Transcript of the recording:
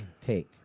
take